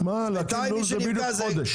להקים לול זה בדיוק חודש